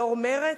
יושבת-ראש מרצ,